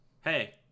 hey